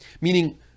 meaning